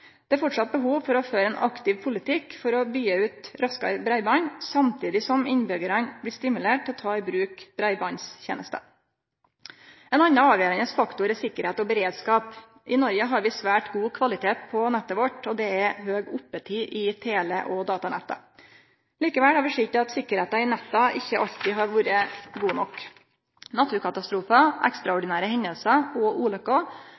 Det er framleis behov for å føre ein aktiv politikk for å kunne byggje ut raskare breiband, samtidig som innbyggjarane blir stimulerte til å ta i bruk breibandstenester. Ein annan avgjerande faktor er sikkerheit og beredskap. I Noreg har vi svært god kvalitet på nettet vårt, og det er høg oppetid i tele- og datanettet. Likevel har vi sett at sikkerheita i netta ikkje alltid har vore god nok. Naturkatastrofar, ekstraordinære hendingar og ulykker